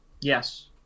Yes